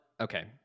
Okay